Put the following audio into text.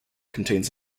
contains